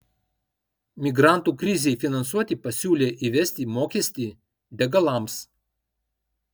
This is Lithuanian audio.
migrantų krizei finansuoti pasiūlė įvesti mokestį degalams